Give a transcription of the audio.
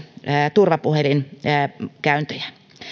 turvapuhelinkäyntejä